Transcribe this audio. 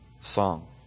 song